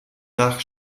nach